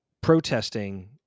protesting